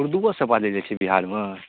उर्दुओसब बाजल जाइ छै बिहारमे